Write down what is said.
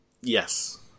Yes